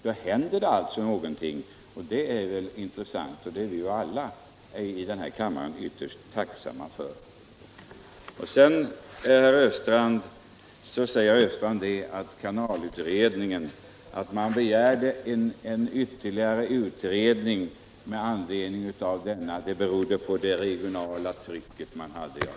Då händer det alltså någonting, och det är vi alla i denna kammare tacksamma för. Sedan säger herr Östrand att anledningen till att en ytterligare utredning begärdes var det regionala trycket.